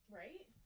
right